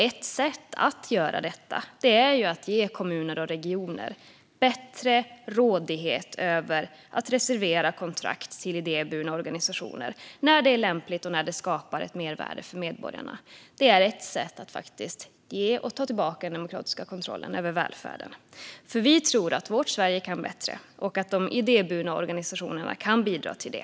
Ett sätt att göra detta är att ge kommuner och regioner bättre rådighet över att reservera kontrakt till idéburna organisationer när det är lämpligt och när det skapar ett mervärde för medborgarna. Det är ett sätt att faktiskt ge och ta tillbaka den demokratiska kontrollen över välfärden. Vi tror att vårt Sverige kan bättre och att de idéburna organisationerna kan bidra till det.